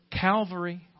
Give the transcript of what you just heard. Calvary